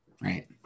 Right